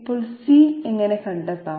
ഇപ്പോൾ c എങ്ങനെ കണ്ടെത്താം